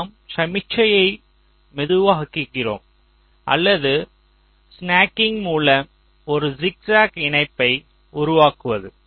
நாம் சமிக்ஞையை மெதுவாக்குகிறோம் அல்லது ஸ்னக்கிங் மூலம் ஒரு ஜிக்ஜாக் இணைப்பை உருவாக்குவது